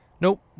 Nope